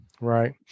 Right